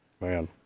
man